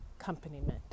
accompaniment